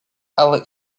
alec